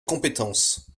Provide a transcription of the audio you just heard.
compétence